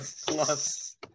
plus